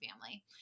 family